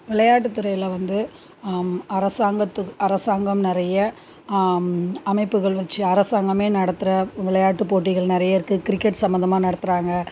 விளையாட்டுத்துறையில் வந்து அரசாங்கத்து அரசாங்கம் நிறைய அமைப்புகள் வச்சு அரசாங்கமே நடத்துகிற விளையாட்டுப்போட்டிகள் நிறைய இருக்குது கிரிக்கெட் சம்மந்தமாக நடத்துகிறாங்க